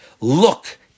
look